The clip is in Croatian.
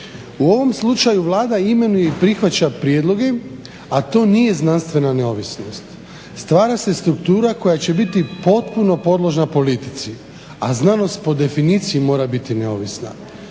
U ovom slučaju Vlada imenuje i prihvaća prijedloge, a to nije znanstvena neovisnost. Stvara se struktura koja će biti potpuno podložna politici, a znanost po definiciji mora biti neovisna.